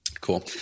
Cool